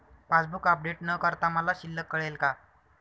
Passbook update न करता मला शिल्लक कळेल का?